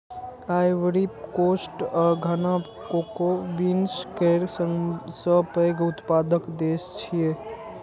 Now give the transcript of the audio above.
Ivory Coast आ Ghana cocoa beans केर सबसं पैघ उत्पादक देश छियै